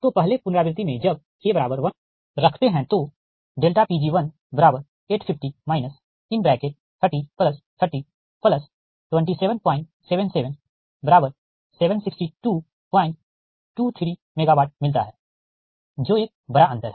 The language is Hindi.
तो पहले पुनरावृति में जब K1रखते है तो Pg850 3030277776223 MW मिलता है जो एक बड़ा अंतर है